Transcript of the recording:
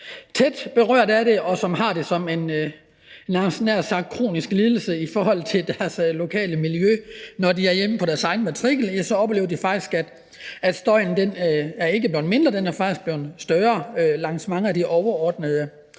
tæt berørt af det, og som har det som en nær sagt kronisk lidelse i deres lokale miljø. Når de er hjemme på deres egen matrikel, oplever de faktisk, at støjen ikke er blevet mindre; den er faktisk blevet større langs mange af de overordnede